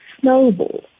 snowball